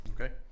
Okay